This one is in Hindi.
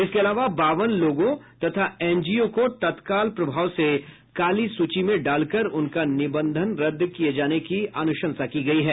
इसके अलावा बावन लोगों तथा एनजीओ को तत्काल प्रभाव से काली सूची में डालकर उनका निबंधन रद्द किये जाने की अनुशंसा की गयी है